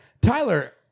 Tyler